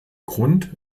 grund